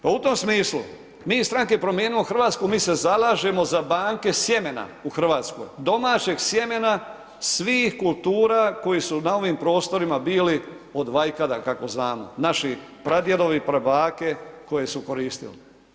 Pa u tom smislu mi iz stranke Promijenimo Hrvatsku mi se zalažemo za banke sjemena u Hrvatskoj, domaćeg sjemena svih kultura koji su na ovim prostorima bili od vajkada kako znamo, naši pradjedovi, prabake koje su koristili.